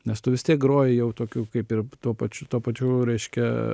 nes tu vis tiek groji jau tokiu kaip ir tuo pačiu tuo pačiu reiškia